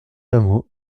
hameau